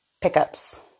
pickups